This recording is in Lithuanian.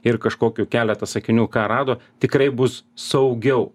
ir kažkokių keletą sakinių ką rado tikrai bus saugiau